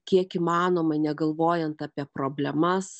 kiek įmanoma negalvojant apie problemas